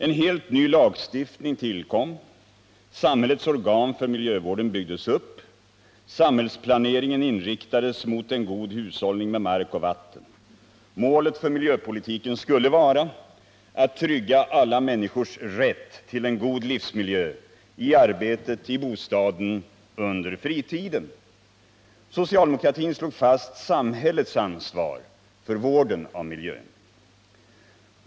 En helt ny lagstiftning tillkom. Samhällets organ för miljövården byggdes upp. Samhällsplaneringen inriktades mot en god hushållning med mark och vatten. Målet för miljöpolitiken skulle vara att trygga alla människors rätt till en god livsmiljö — i arbetet, i bostaden, under fritiden. Socialdemokratin slog fast samhällets ansvar för vården av miljön.